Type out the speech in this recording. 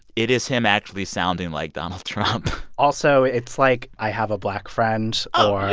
it is him actually sounding like donald trump also it's like, i have a black friend oh, um